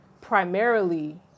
primarily